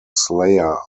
slayer